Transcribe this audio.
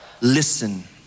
Listen